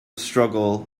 struggle